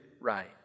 right